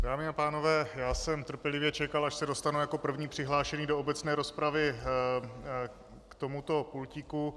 Dámy a pánové, já jsem trpělivě čekal, až se dostanu jako první přihlášený do obecné rozpravy k tomuto pultíku.